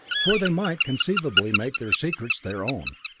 for they might conceivably make their secrets their own.